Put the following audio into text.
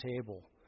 table